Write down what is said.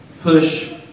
Push